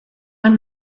ein